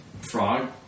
Frog